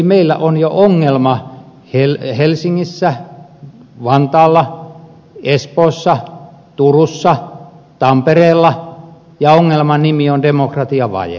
meillä on jo ongelma helsingissä vantaalla espoossa turussa tampereella ja ongelman nimi on demokratiavaje